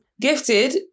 Gifted